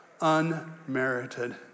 unmerited